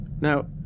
Now